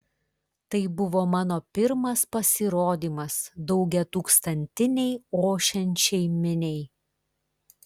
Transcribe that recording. tai buvo mano pirmas pasirodymas daugiatūkstantinei ošiančiai miniai